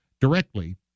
directly